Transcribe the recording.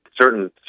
certain